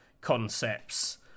concepts